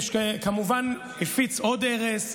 כמובן הפיץ עוד ארס,